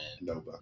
Nova